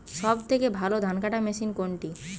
সবথেকে ভালো ধানকাটা মেশিন কোনটি?